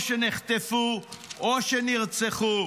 או שנחטפו או שנרצחו.